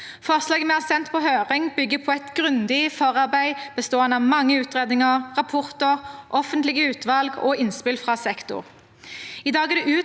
Forslaget vi har sendt på høring, bygger på et grundig forarbeid bestående av mange utredninger, rapporter, offentlige utvalg og innspill fra sektoren.